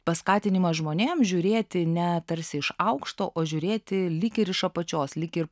paskatinimas žmonėms žiūrėti ne tarsi iš aukšto o žiūrėti lyg ir iš apačios lyg ir